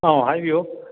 ꯑꯣ ꯍꯥꯏꯕꯤꯌꯨ